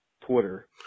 Twitter